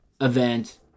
event